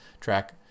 track